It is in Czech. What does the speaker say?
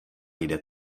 jde